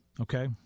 Okay